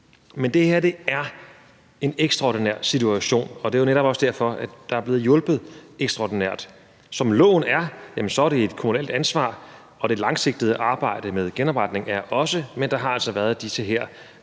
Men det her er en ekstraordinær situation, og det er netop også derfor, der er blevet hjulpet ekstraordinært. Som loven er, er det et kommunalt ansvar, og er det langsigtede arbejde med genopretning også, men der har altså været disse